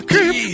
Keep